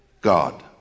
God